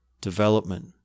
development